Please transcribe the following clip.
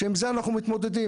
עם זה אנחנו מתמודדים.